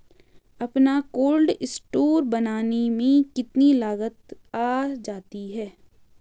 अपना cold store बनाने में कितनी लागत आ जाती है?